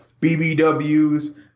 BBWs